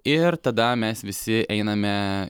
ir tada mes visi einame